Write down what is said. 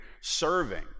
serving